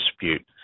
dispute